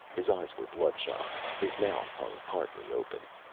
his eyes were bloodshot. his mouth hung partly open.